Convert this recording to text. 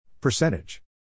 Percentage